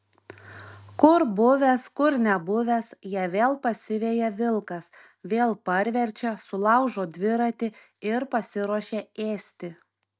kur buvęs kur nebuvęs ją vėl pasiveja vilkas vėl parverčia sulaužo dviratį ir pasiruošia ėsti